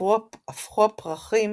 הפכו הפרחים